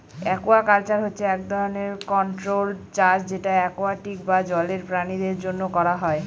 aquaculture হচ্ছে এক ধরনের কন্ট্রোল্ড চাষ যেটা একুয়াটিক বা জলের প্রাণীদের জন্য করা হয়